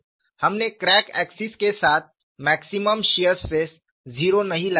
हमने crack axis के साथ मैक्सिमम शियर स्ट्रेस 0 नहीं लगाया है